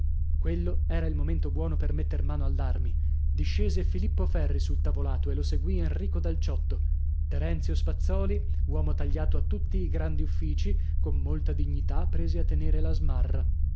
quello era il momento buono per metter mano all'armi discese filippo ferri sul tavolato e lo seguì enrico dal ciotto terenzio spazzòli uomo tagliato a tutti i grandi uffici con molta dignità prese a tenere la smarra